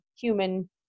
human